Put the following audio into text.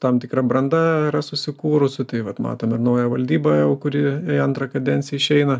tam tikra branda yra susikūrusi tai vat matom ir naują valdybą jau kuri antrą kadenciją išeina